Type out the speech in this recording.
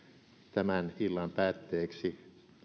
tämän illan päätteeksi